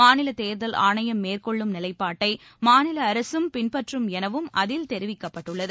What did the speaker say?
மாநில தேர்தல் ஆணையம் மேற்கொள்ளும் நிலைப்பாட்டை மாநில அரசும் பின்பற்றும் எனவும் அதில் தெரிவிக்கப்பட்டுள்ளது